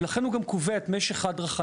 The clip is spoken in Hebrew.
ולכן הוא גם קובע את משך ההדרכה,